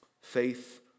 Faith